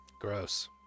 Gross